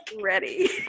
ready